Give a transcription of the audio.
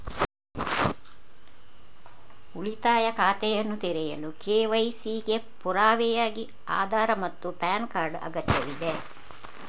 ಉಳಿತಾಯ ಖಾತೆಯನ್ನು ತೆರೆಯಲು ಕೆ.ವೈ.ಸಿ ಗೆ ಪುರಾವೆಯಾಗಿ ಆಧಾರ್ ಮತ್ತು ಪ್ಯಾನ್ ಕಾರ್ಡ್ ಅಗತ್ಯವಿದೆ